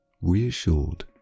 reassured